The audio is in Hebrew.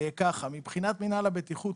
מבחינת מינהל הבטיחות,